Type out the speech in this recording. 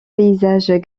paysages